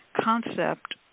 concept